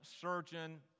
surgeon